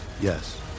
Yes